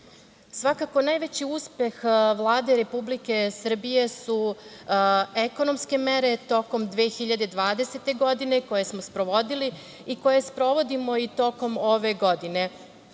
Svakako najveći uspeh Vlade Republike Srbije su ekonomske mere tokom 2020. godine koje smo sprovodili i koje sprovodimo i tokom ove godine.